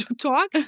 Talk